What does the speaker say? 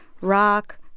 rock